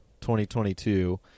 2022